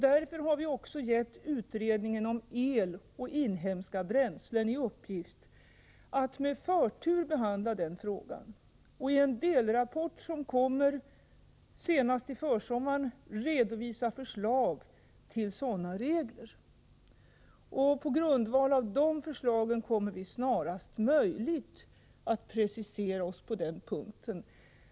Därför har vi också gett utredningen om el och inhemska bränslen i uppgift att med förtur behandla den frågan och i en delrapport, som kommer senast till försommaren, redovisa förslag till sådana regler. På grundval av de förslagen kommer vi snarast möjligt att precisera oss på den punkten.